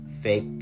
fake